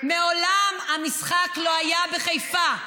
מעולם המשחק לא היה בחיפה,